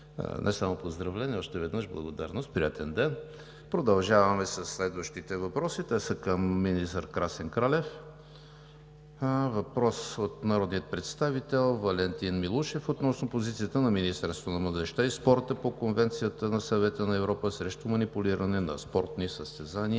не само поздравления, още веднъж – благодарност! Приятен ден! Продължаваме със следващите въпроси. Те са към министър Красен Кралев. Въпрос от народния представител Валентин Милушев относно позицията на Министерството на младежта и спорта по Конвенцията на Съвета на Европа срещу манипулиране на спортни състезания.